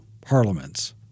parliaments